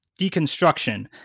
Deconstruction